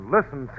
Listen